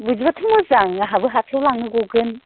बिदिबाथ' मोजां आंहाबो हाथायाव लांनो गगोन